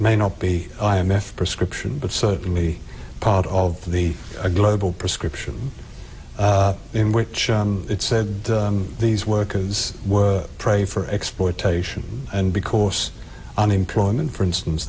may not be i m f prescription but certainly part of the global prescription in which it said these workers were prey for exploitation and because unemployment for instance